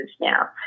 now